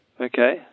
Okay